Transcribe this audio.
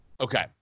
Okay